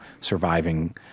surviving